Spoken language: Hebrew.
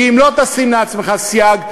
כי אם לא תשים לעצמך סייג,